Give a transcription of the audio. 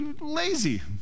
lazy